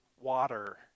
water